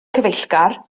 cyfeillgar